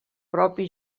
propi